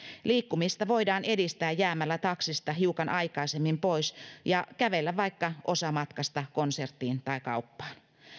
liikkumista voidaan edistää jäämällä taksista hiukan aikaisemmin pois ja kävellä vaikka osa matkasta konserttiin tai kauppaan